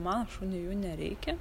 mano šuniui jų nereikia